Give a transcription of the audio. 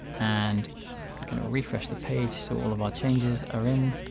and i'm going to refresh the page so all of our changes are in.